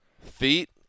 Feet